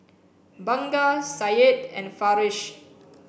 Bunga Syed and Farish